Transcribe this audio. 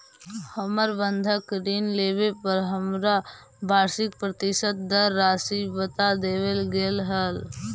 हमर बंधक ऋण लेवे पर हमरा वार्षिक प्रतिशत दर राशी बता देवल गेल हल